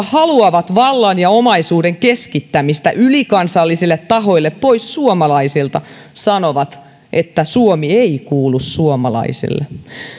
haluavat vallan ja omaisuuden keskittämistä ylikansallisille tahoille pois suomalaisilta sanovat että suomi ei kuulu suomalaisille